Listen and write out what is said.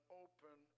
open